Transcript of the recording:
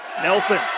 Nelson